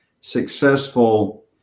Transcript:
successful